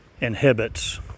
inhibits